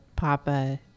Papa